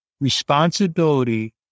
responsibility